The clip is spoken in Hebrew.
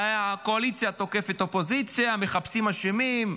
הקואליציה תוקפת את האופוזיציה, מחפשים אשמים,